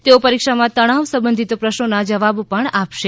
તેઓ પરીક્ષામાં તણાવ સંબંધિત પ્રશ્નોના જવાબ પણ આપશે